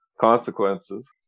consequences